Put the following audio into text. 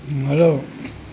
hello